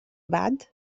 بعد